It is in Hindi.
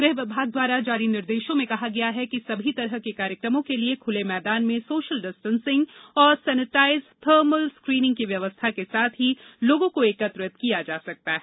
गृह विभाग द्वारा जारी निर्देशों में कहा गया है कि सभी तरह के कार्यक्रमों के लिये खुले मैदान में सोशल डिस्टेंसिंग और सैनेटाइज थर्मल स्क्रीनिंग की व्यवस्था के साथ लोगों को एकत्रित किया जा सकता है